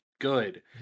good